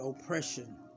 oppression